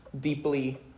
deeply